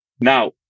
Now